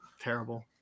terrible